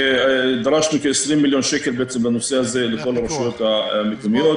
דרשנו כ-20 מיליון שקל לנושא הזה לכל הרשויות המקומיות.